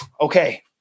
Okay